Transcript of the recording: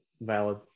valid